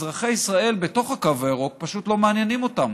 אזרחי ישראל בתוך הקו הירוק פשוט לא מעניינים אותם.